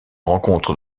rencontre